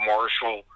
Marshall